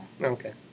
Okay